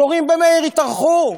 התורים ב"מאיר" התארכו,